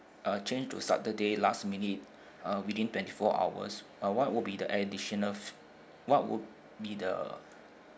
uh change to saturday last minute uh within twenty four hours uh what will be the additional f~ what would be the